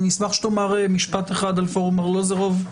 אני אשמח שתאמר משפט אחד על פורום ארלוזורוב.